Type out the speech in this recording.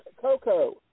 Coco